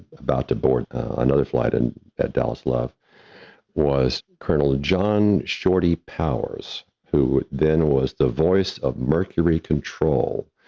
about the board another flight in dallas love was colonel john shorty powers, who then, was the voice of mercury control.